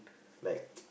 like